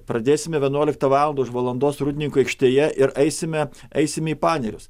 pradėsime vienuoliktą valandą už valandos rūdninkų aikštėje ir eisime eisime į panerius